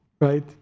right